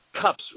cups